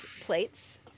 plates